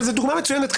זו דוגמה מצוינת.